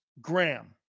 Graham